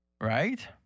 right